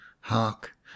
HARK